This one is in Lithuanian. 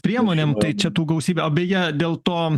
priemonėm tai čia tų gausybė o beje dėl to